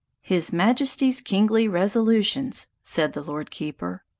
his majesty's kingly resolutions, said the lord keeper,